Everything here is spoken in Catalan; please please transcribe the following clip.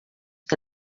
que